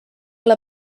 ole